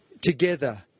together